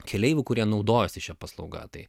keleivių kurie naudojasi šia paslauga tai